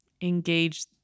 engage